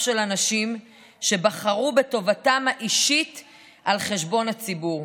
של אנשים שבחרו בטובתם האישית על חשבון הציבור,